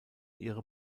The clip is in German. ihre